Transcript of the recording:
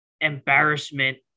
embarrassment